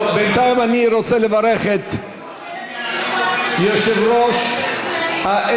בינתיים אני רוצה לברך את יושב-ראש ה-SPD